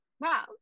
Wow